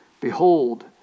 Behold